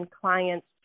clients